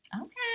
Okay